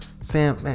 Sam